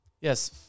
Yes